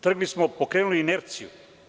Trgli se, pokrenuli inerciju.